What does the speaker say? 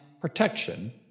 protection